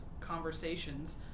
conversations